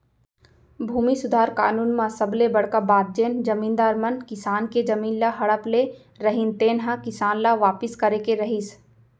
भूमि सुधार कानून म सबले बड़का बात जेन जमींदार मन किसान के जमीन ल हड़प ले रहिन तेन ह किसान ल वापिस करे के रहिस